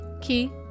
key